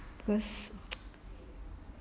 because